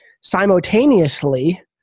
Simultaneously